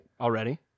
Already